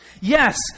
Yes